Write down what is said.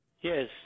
Yes